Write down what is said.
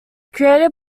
created